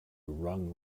wrung